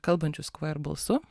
kalbančius queer balsu